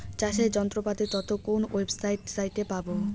চাষের যন্ত্রপাতির তথ্য কোন ওয়েবসাইট সাইটে পাব?